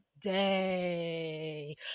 day